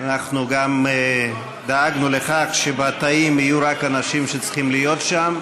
אנחנו גם דאגנו לכך שבתאים יהיו רק אנשים שצריכים להיות שם,